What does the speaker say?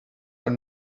are